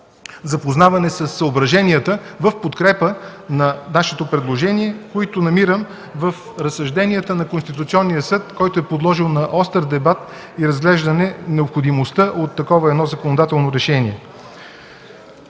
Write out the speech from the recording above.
запознаване със съображенията в подкрепа на нашето предложение, които намирам в разсъжденията на Конституционния съд, който е подложил на остър дебат и разглеждане необходимостта от такова законодателно решение.